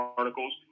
articles